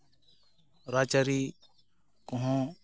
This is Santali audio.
ᱨᱟᱡᱽ ᱟᱹᱨᱤ ᱠᱚᱦᱚᱸ